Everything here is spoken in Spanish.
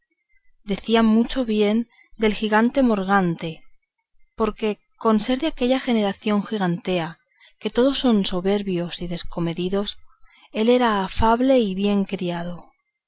decía mucho bien del gigante morgante porque con ser de aquella generación gigantea que todos son soberbios y descomedidos él solo era afable y bien criado